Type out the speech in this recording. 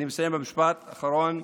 אני מסיים במשפט אחרון,